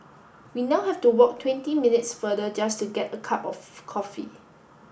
we now have to walk twenty minutes farther just to get a cup of coffee